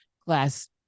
class